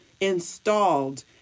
installed